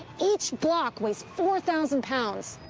each block weighs four thousand pounds.